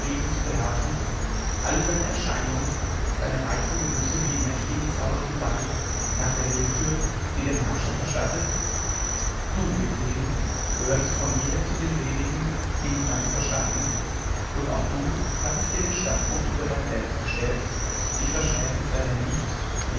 zu beherrschen alle seine erscheinungen seine reichen genüsse wie im mächtigen zauber zu bannen nach der willkür die dem herrscher verstattet du viktorin gehörtest von jeher zu den wenigen die mich ganz verstanden auch du hattest dir den standpunkt über dein selbst gestellt und ich verschmähte es daher nicht